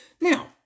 Now